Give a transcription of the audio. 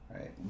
right